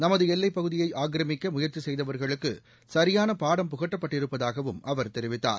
நமது எல்லைப் பகுதியை ஆக்கிரமிக்க முயற்சி செய்தவர்களுக்கு சரியான பாடம் புகட்டப்பட்டிருப்பதாகவும் அவர் தெரிவித்தார்